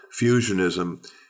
fusionism